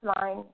line